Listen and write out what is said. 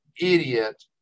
idiot